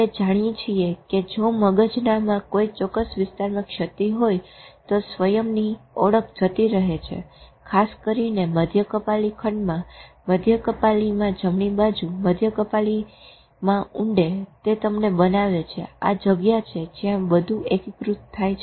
આપણે જાણીએ છીએ કે જો મગજમાં ચોક્કસ વિસ્તારમાં ક્ષતી હોય તો સ્વયંમની ઓળખ જતી રહે છેખાસ કરી ને મધ્ય કપાલી ખંડમાં મધ્ય કપાલીમાં જમણી બાજુ મધ્ય કાપલીમાં ઊંડે તે તમને બનાવે છે આ જગ્યા છે જ્યાં બધું એકીકૃત થાય છે